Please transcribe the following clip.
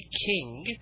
King